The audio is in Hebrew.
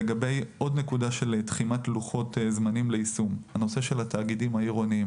עוד נקודה: תחימת לוחות זמנים ליישום בנושא התאגידים העירוניים.